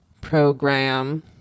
program